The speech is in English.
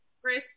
Chris